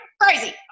crazy